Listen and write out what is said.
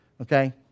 Okay